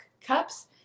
cups